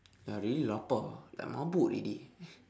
ya I really lapar ah like mabuk already